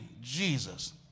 Jesus